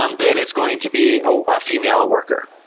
um then it's going to be a female worker.